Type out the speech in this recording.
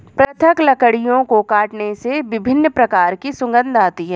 पृथक लकड़ियों को काटने से विभिन्न प्रकार की सुगंध आती है